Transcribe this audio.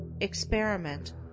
EXPERIMENT